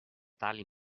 tali